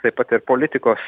taip pat ir politikos